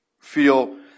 feel